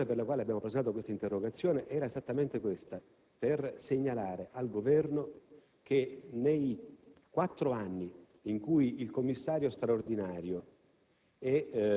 La ragione per la quale avevamo presentato questa interrogazione era esattamente quella di segnalare al Governo che nei quattro anni in cui il Commissario straordinario